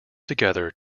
together